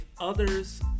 others